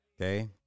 Okay